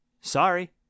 sorry